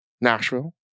Nashville